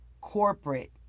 corporate